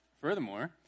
Furthermore